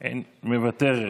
מוותרת.